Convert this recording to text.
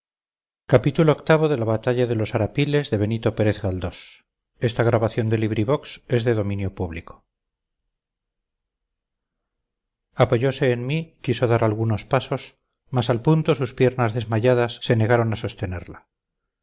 y duradera impresión apoyose en mí quiso dar algunos pasos mas al punto sus piernas desmayadas se negaron a sostenerla